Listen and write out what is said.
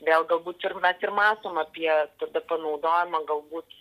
vėl galbūt ir mes ir matom apie tada panaudojimą galbūt